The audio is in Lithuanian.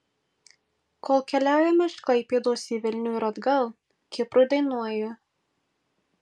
kol keliaujame iš klaipėdos į vilnių ir atgal kiprui dainuoju